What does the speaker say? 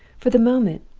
for the moment,